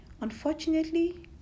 unfortunately